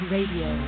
Radio